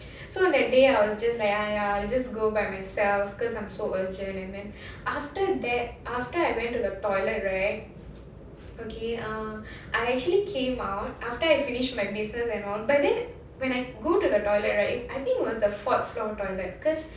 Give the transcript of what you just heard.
so that day I was just like !aiya! I'll just go by myself because I'm so urgent and then after that after I went to the toilet right okay ah I actually came out after I finished my business and all but then when I go to the toilet right I think it was the fourth floor toilet because